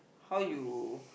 how you